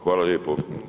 Hvala lijepo.